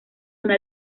una